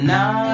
Now